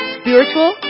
spiritual